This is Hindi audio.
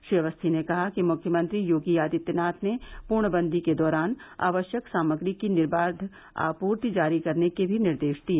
श्री अवस्थी ने कहा कि मुख्यमंत्री योगी आदित्यनाथ ने पूर्णवंदी के दौरान आवश्यक सामग्री की निर्बाध आपूर्ति जारी रखने के भी निर्देश दिए